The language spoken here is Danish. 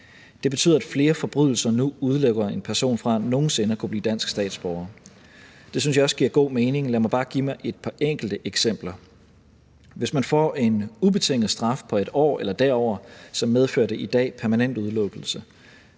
Det betyder, at flere forbrydelser nu udelukker en person fra nogen sinde at kunne blive dansk statsborger. Det synes jeg også giver god mening. Lad mig bare give et par enkelte eksempler. Hvis man får en ubetinget straf på 1 år eller derover, medfører det i dag permanent udelukkelse.